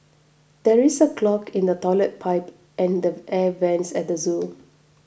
there is a clog in the Toilet Pipe and the Air Vents at the zoo